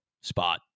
spot